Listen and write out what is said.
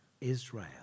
Israel